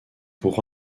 pour